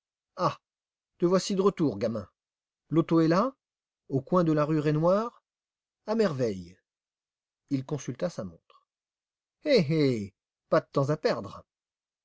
ah te voici de retour gamin l'auto est là au coin de la rue raynouard à merveille il consulta sa montre eh eh pas de temps à perdre